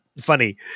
funny